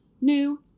New